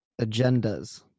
Agendas